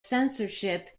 censorship